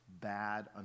bad